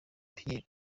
uwizeye